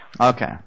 Okay